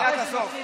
לך דבר עם עצמך.